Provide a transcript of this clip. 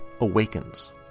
awakens